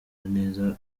neza